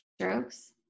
strokes